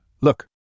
Look